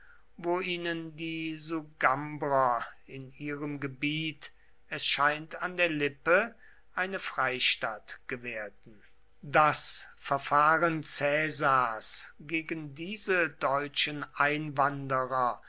wo ihnen die sugambrer in ihrem gebiet es scheint an der lippe eine freistatt gewährten das verfahren caesars gegen diese deutschen einwanderer